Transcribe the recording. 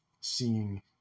seeing